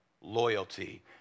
loyalty